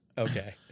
Okay